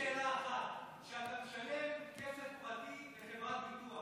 יש לי שאלה אחת: כשאתה משלם כסף פרטי לחברת ביטוח,